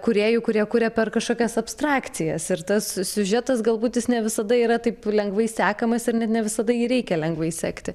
kūrėjų kurie kuria per kažkokias abstrakcijas ir tas siužetas galbūt jis ne visada yra taip lengvai sekamas ir net ne visada jį reikia lengvai sekti